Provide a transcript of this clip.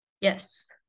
Yes